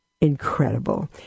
incredible